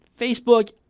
Facebook